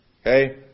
Okay